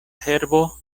herbo